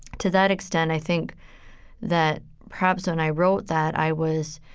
to that extent, i think that perhaps, when i wrote that, i was,